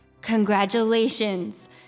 Congratulations